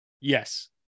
Yes